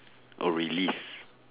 or release